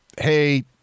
Hey